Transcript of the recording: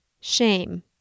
shame